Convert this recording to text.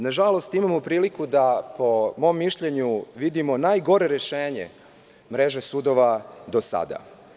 Nažalost, imamo priliku da po mom mišljenju vidimo najgore rešenje mreže sudova do sada.